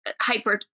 hyper